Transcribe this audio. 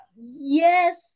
Yes